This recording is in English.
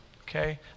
okay